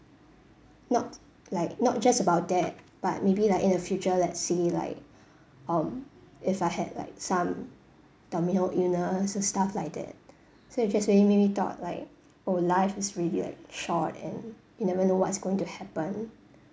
not like not just about that but maybe like in the future let's say like um if I had like some terminal illness or stuff like that so it just really made me thought like oh life is really like short and you never know what's going to happen